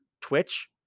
twitch